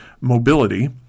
Mobility